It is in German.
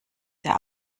der